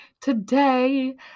Today